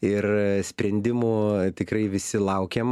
ir sprendimų tikrai visi laukiam